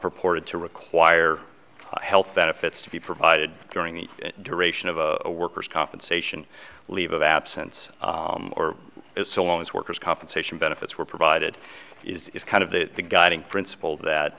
purported to require health benefits to be provided during the duration of a worker's compensation leave of absence or as so long as workers compensation benefits were provided is kind of the guiding principle that